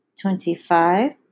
twenty-five